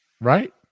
right